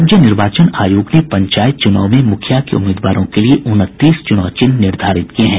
राज्य निर्वाचन आयोग ने पंचायत चुनाव में मुखिया के उम्मीदवारों के लिए उनतीस चुनाव चिन्ह निर्धारित किये हैं